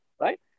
right